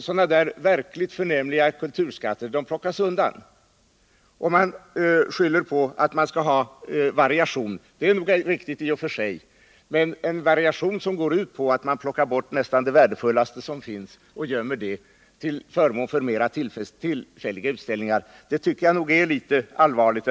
Sådana verkligt förnäma kulturskatter plockas undan. Man skyller på att det skall vara variation. Det är riktigt i och för sig, men en variation som medför att man plockar bort det nästan mest värdefulla som finns och gömmer det till förmån för mer tillfälliga utställningar tycker jag nog ändå är litet felaktigt.